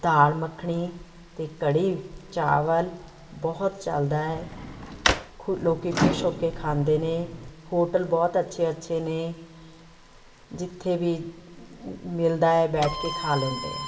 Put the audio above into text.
ਦਾਲ਼ ਮੱਖਣੀ ਅਤੇ ਕੜੀ ਚਾਵਲ ਬਹੁਤ ਚੱਲਦਾ ਹੈ ਖੁ ਲੋਕ ਖੁਸ਼ ਹੋ ਕੇ ਖਾਂਦੇ ਨੇ ਹੋਟਲ ਬਹੁਤ ਅੱਛੇ ਅੱਛੇ ਨੇ ਜਿੱਥੇ ਵੀ ਮਿਲਦਾ ਹੈ ਬੈਠ ਕੇ ਖਾ ਲੈਂਦੇ ਆ